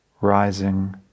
rising